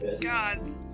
god